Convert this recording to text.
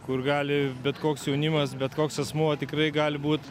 kur gali bet koks jaunimas bet koks asmuo tikrai gali būt